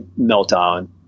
meltdown